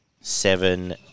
seven